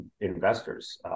investors